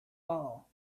all